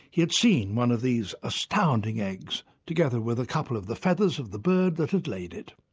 he had seen one of these astounding eggs together with a couple of the feathers of the bird that had laid it.